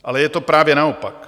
Ale je to právě naopak.